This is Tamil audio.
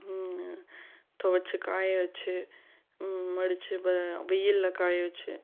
துவச்சு காய வச்சு மடித்து ப வெயிலில் காயவச்சு